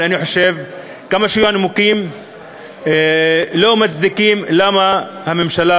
אבל אני חושב שהנימוקים לא יצדיקו למה הממשלה